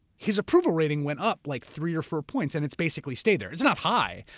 his approval rating went up like three or four points, and it's basically stayed there. it's not high,